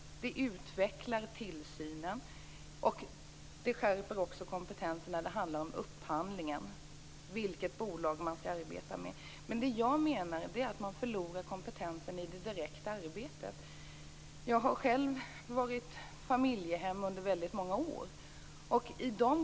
Tillsynen utvecklas och kompetensen skärps också när det handlar om upphandling, vilket bolag man skall arbeta med. Men det jag menar är att man förlorar kompetensen i det direkta arbetet. Jag har själv upplåtit mitt hem som familjehem under många år.